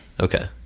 Okay